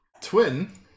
twin